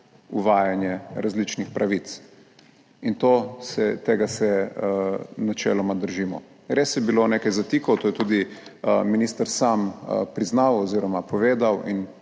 uvajanje različnih pravic in tega se načeloma držimo. Res je bilo nekaj zatikov, to je tudi minister sam priznal oziroma povedal in